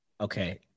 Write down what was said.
Okay